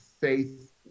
faith